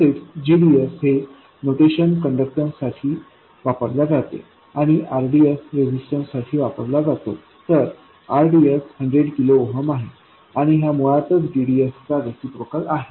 तसेच gdsहे notation conductance साठी वापरल्या जाते आणि rdsरेजिस्टन्स साठी वापरला जातो तर rds 100 किलो ओहम आहे आणि हा मुळात gdsचा रिसिप्रोकल आहे